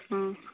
ହଁ